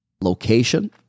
location